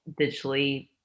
digitally